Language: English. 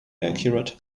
accurate